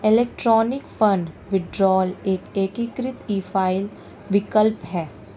electronic fund withdrawal एक एकीकृत e file विकल्प है